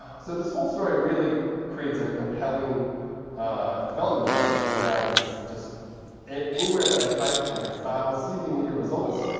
so this whole story really creates a compelling development environment where i can just anywhere that i type, i can style, see the immediate results.